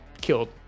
killed